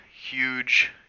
huge